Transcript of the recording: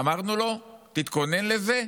אמרנו לו: תתכונן לזה?